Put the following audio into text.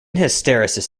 hysteresis